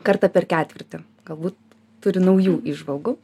kartą per ketvirtį galbūt turi naujų įžvalgų